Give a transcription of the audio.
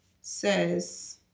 says